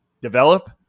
develop